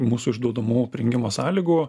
mūsų išduodamų prijungimo sąlygų